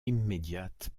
immédiate